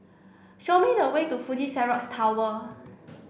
show me the way to Fuji Xerox Tower